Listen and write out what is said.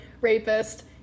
rapist